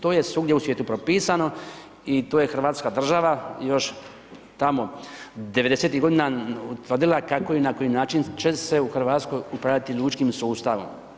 To je svugdje u svijetu propisano i to je Hrvatska država još tamo '90. godina utvrdila kako i na koji način će se u Hrvatskoj upravljati lučkim sustavom.